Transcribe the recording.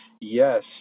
yes